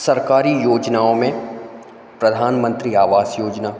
सरकारी योजनाओं में प्रधानमंत्री आवास योजना